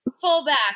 Fullback